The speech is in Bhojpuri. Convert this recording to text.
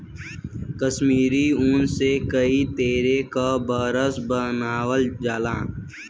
कसमीरी ऊन से कई तरे क बरस बनावल जाला